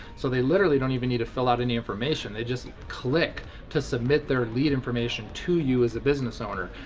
so they literally don't even need to fill out any information. they just click to submit their lead information to you as a business owner.